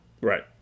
right